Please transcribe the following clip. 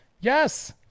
Yes